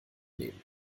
nehmen